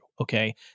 Okay